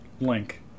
link